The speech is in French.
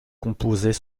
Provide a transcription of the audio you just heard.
composait